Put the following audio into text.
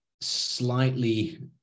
slightly